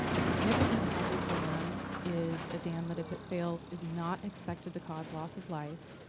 a significant hazard dam is a dam that if it fails is not expected to cause loss of life,